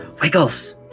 Wiggles